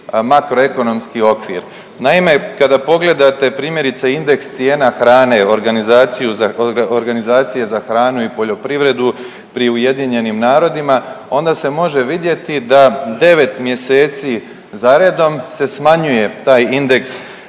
makroekonomski okvir. Naime, kada pogledate primjerice indeks cijena hrane organizaciju za, Organizacije za hranu i poljoprivredu pri UN-u onda se može vidjeti da 9 mjeseci za redom se smanjuje taj indeks cijena